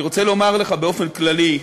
אני רוצה לומר לך, באופן כללי,